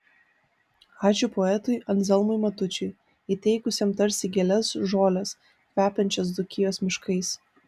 ačiū poetui anzelmui matučiui įteikusiam tarsi gėles žoles kvepiančias dzūkijos miškais